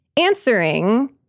answering